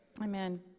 amen